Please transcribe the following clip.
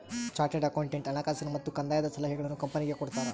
chartered accountant ಹಣಕಾಸಿನ ಮತ್ತು ಕಂದಾಯದ ಸಲಹೆಗಳನ್ನು ಕಂಪನಿಗೆ ಕೊಡ್ತಾರ